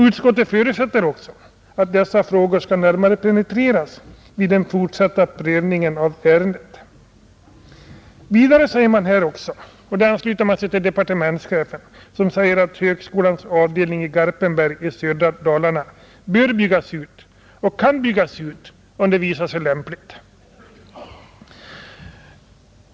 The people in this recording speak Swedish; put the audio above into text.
Utskottet förutsätter att dessa frågor närmare penetreras vid den fortsatta prövningen av ärendet.” Vidare säger man — och ansluter sig där till departementschefen — att högskolans avdelning i Garpenberg i södra Dalarna bör byggas ut och kan byggas ut om det visar sig lämpligt.